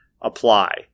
apply